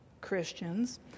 Christians